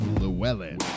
Llewellyn